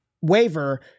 waiver